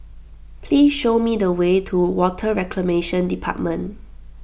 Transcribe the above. please show me the way to Water Reclamation Department